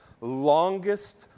longest